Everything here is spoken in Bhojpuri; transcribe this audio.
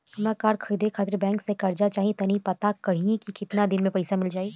हामरा कार खरीदे खातिर बैंक से कर्जा चाही तनी पाता करिहे की केतना दिन में पईसा मिल जाइ